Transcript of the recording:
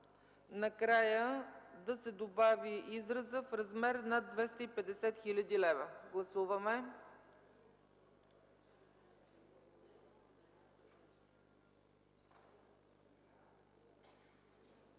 накрая да се добави изразът „в размер над 250 хил. лв.”. Гласуваме! Гласували